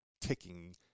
ticking